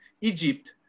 Egypt